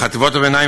בחטיבות הביניים,